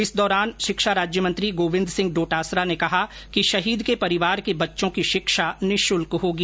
इस दौरान शिक्षा राज्यमंत्री गोविन्द सिंह डोटासरा ने कहा कि शहीद के परिवार के बच्चों की शिक्षा निशुल्क होगी